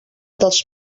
dels